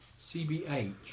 CBH